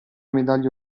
medaglia